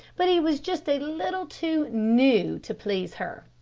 but he was just a little too new to please her.